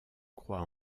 croix